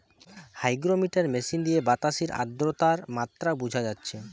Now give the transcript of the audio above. hygrometer machine দিয়ে বাতাসের আদ্রতার মাত্রা বুঝা যাচ্ছে